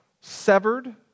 severed